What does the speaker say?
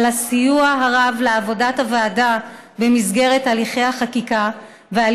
על הסיוע הרב בעבודת הוועדה במסגרת הליכי החקיקה ועל